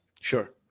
Sure